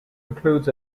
includes